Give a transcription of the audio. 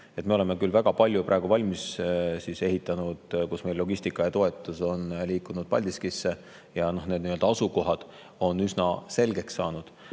Me oleme küll väga palju praegu valmis ehitanud. Meil logistika ja toetus on liikunud Paldiskisse ja need nii-öelda asukohad on üsna selgeks saanud.